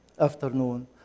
afternoon